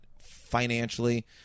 financially